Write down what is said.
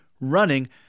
running